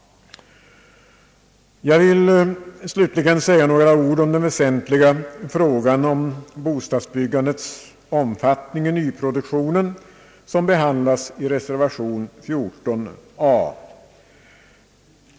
Jag vill slutligen säga några ord om den väsentliga frågan om bostadsbyggandets omfattning i nyproduktionen, som behandlas i reservation 14 a.